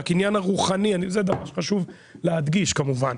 שהקניין הרוחני זה דבר שחשוב להדגיש כמובן,